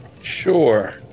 Sure